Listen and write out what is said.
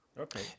Okay